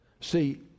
See